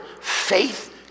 faith